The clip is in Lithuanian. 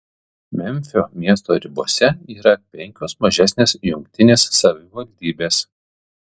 memfio miesto ribose yra penkios mažesnės jungtinės savivaldybės